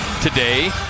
today